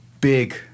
big